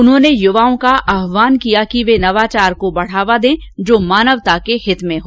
उन्होंने युवाओं का आहवान किया कि वे नवाचार को बढ़ावा दें जो मानवता के हित में हो